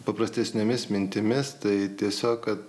paprastesnėmis mintimis tai tiesiog kad